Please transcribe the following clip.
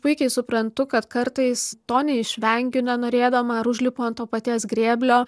puikiai suprantu kad kartais to neišvengiu nenorėdama ar užlipu ant to paties grėblio